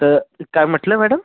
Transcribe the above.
तर काय म्हटले मॅडम